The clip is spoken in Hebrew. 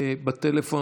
בטלפון.